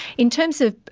in terms of,